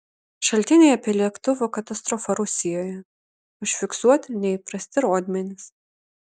šaltiniai apie lėktuvo katastrofą rusijoje užfiksuoti neįprasti rodmenys